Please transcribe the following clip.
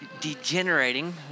degenerating